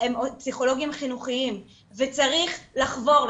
- הם פסיכולוגיים חינוכיים וצריך לחבור,